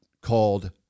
called